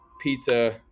pizza